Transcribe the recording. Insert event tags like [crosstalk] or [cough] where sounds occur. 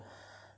[breath]